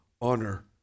honor